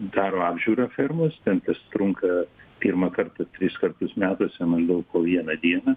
daro apžiūrą fermos ten tas trunka pirmą kartą tris kartus metuose maždaug po vieną dieną